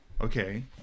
okay